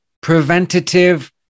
preventative